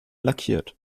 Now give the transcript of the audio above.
lackiert